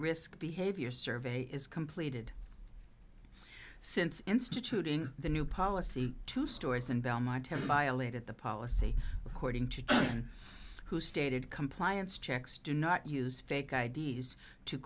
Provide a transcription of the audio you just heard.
risk behavior survey is completed since instituting the new policy two stores in belmont him violated the policy according to who stated compliance checks do not use fake i d s to